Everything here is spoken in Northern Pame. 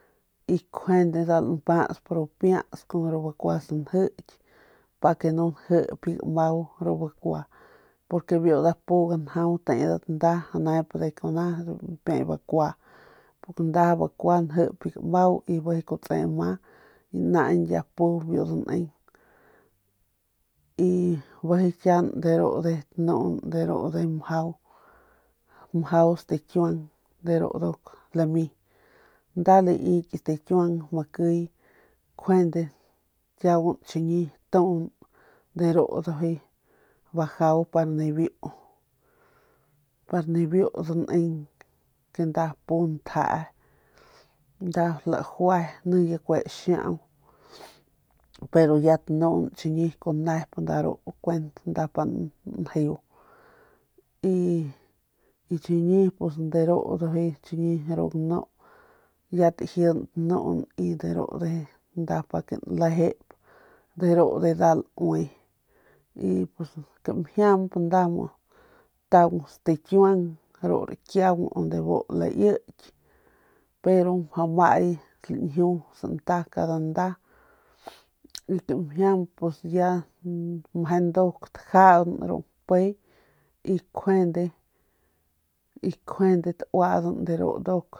Y kjuande nda liy kun bijiy laue neng nda mjau lantijidp ru ramjit sanjul pa nu njiky biu gamau y kjuande lajip bakua sanjiky porque nda pu ganjau tedat nda nep de kuna bakua y njip gamau y naañ bijiy ya pu biu daneng bijiy kiaung de ru ndujuy nuun mjau stikiuang ru nduk lami nda lami stikiuang makiy kjuande chiñi tung de ru ndujuy bajau pa pa nibiu daneng nda pu ntjee nda lajue ni ya kue xiau pero ya tanun nep nda pa njeu y chiñi ru ndujuy de ru ganu ya tajin tanun chiñi nep tump nda pa njeuy chiñi ru ganu ya tajin de ru nujuy pa nlejep y nda taung stikiuang ru rakiung bu laiky pero mjau may lañjiu santa y kamjiamp ya meje nduk de ru mpe y nkjuande ru.